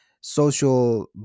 social